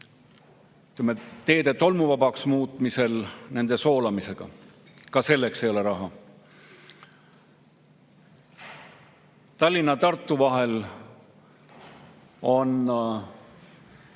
teede tolmuvabaks muutmiseks nende soolamisega. Ka selleks ei ole raha. Tallinna ja Tartu vahele on